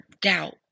doubt